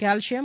calcium